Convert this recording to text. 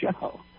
show